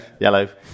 Yellow